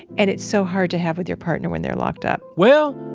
and it's so hard to have with your partner when they're locked up well,